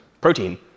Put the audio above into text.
protein